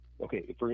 okay